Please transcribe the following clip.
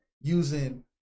using